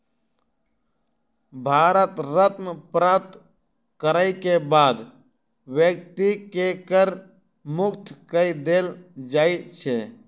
भारत रत्न प्राप्त करय के बाद व्यक्ति के कर मुक्त कय देल जाइ छै